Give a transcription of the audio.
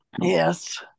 Yes